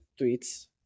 tweets